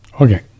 Okay